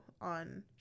on